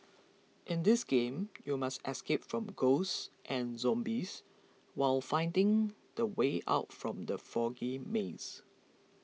in this game you must escape from ghosts and zombies while finding the way out from the foggy maze